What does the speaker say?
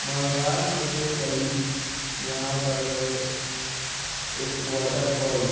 مہاراشٹر سے قریب یہاں پر ہے ایک واٹر فال